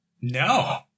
No